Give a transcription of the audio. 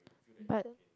but